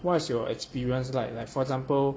what's your experience like like for example